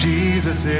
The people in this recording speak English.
Jesus